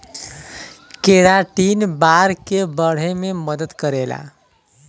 keratin बार के बढ़े में मदद करेला